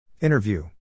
Interview